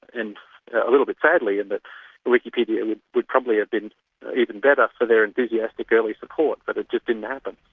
and a little bit sadly, and that wikipedia and would would probably have been even better for their enthusiastic, early support, but it just didn't happen.